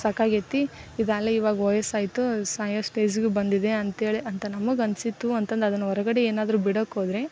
ಸಾಕಾಗೈತೆ ಇದು ಆಗಲೇ ಇವಾಗ ವಯಸ್ಸಾಯಿತು ಸಾಯೋ ಸ್ಟೇಜ್ಗೆ ಬಂದಿದೆ ಅಂತೇಳಿ ಅಂತ ನಮಗನಿಸಿತ್ತು ಅಂತಂದು ಅದನ್ನು ಹೊರಗಡೆ ಏನಾದರು ಬಿಡೋಕೋದರೆ